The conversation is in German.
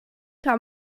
kann